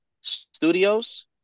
studios